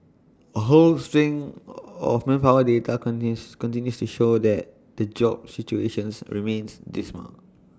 A whole string of manpower data continues continues to show that the jobs situations remains dismal